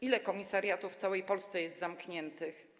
Ile komisariatów w całej Polsce jest zamkniętych?